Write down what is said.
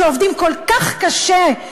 שעובדים כל כך קשה,